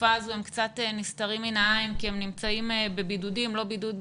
בתקופה הזו הם קצת נסתרים מן העין כי הם נמצאים בבידוד לא בהכרח